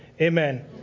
amen